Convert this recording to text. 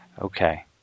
okay